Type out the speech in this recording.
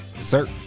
Sir